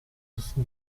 the